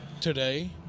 today